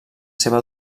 seva